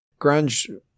grunge